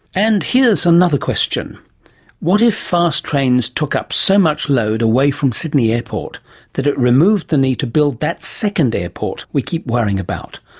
and here's another question what if fast trains took up so much load away from sydney airport that it removed the need to build that second airport we keep worrying about?